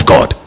God